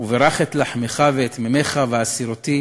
"וּבֵרַךְ את לחמך ואת מימך וַהֲסִרֹתִי